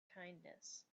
kindness